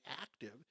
active